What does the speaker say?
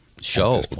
show